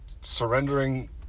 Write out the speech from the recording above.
surrendering